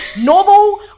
normal